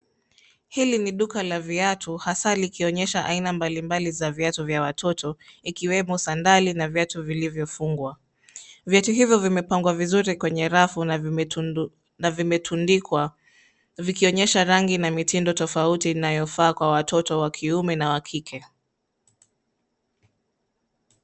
Hili ni duka la viatu hasa likionyesha aina mbalimbali za viatu vya watoto ikiwemo sandali na viatu vilivyofungwa .Viatu hivyo vimepangwa vizuri kwenye rafu na vimetundikwa vikionyesha rangi na mitindo tofauti inayofaa kwa watoto wa kiume na wa kike.